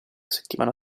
settimana